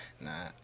Nah